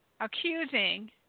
accusing